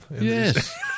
Yes